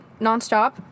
nonstop